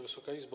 Wysoka Izbo!